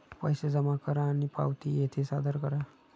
पैसे जमा करा आणि पावती येथे सादर करा